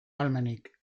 ahalmenik